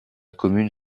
commune